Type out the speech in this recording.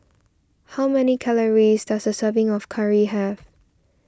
how many calories does a serving of Curry have